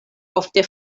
ofte